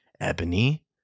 Ebony